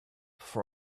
for